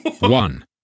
One